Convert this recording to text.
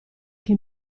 che